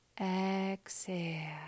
exhale